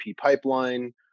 pipeline